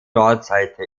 nordseite